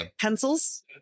Pencils